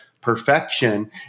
perfection